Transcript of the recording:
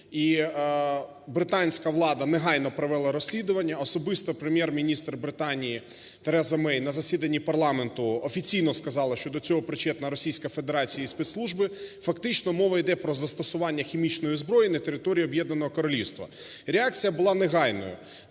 британська влада негайно провела розслідування, особисто Прем’єр-міністр Британії Тереза Мей на засіданні парламенту офіційно сказала, що до цього причетна Російська Федерація і спецслужби, фактично мова йде про застосування хімічної зброї на території Об'єднаного Королівства. Реакція була негайною.